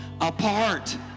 apart